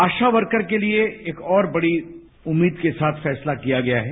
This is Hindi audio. आशा वर्कर के लिए एक और बड़ी उम्मीद के साथ फैसला किया गया है